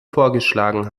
vorgeschlagen